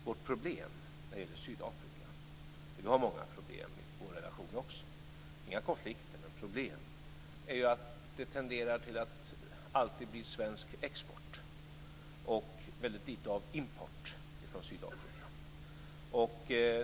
Vårt problem när det gäller Sydafrika - vi har många problem i vår relation också, inga konflikter men problem - är att det tenderar till att alltid bli svensk export och väldigt lite av import från Sydafrika.